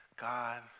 God